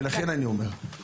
לכן אני אומר,